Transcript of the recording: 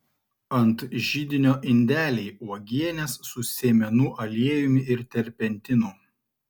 ant židinio indeliai uogienės su sėmenų aliejumi ir terpentinu